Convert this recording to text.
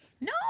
No